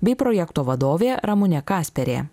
bei projekto vadovė ramunė kasperė